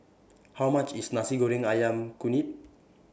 How much IS Nasi Goreng Ayam Kunyit